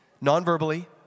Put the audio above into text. non-verbally